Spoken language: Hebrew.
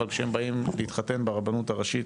אבל כשהם באים להתחתן ברבנות הראשית